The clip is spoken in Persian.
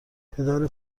پدر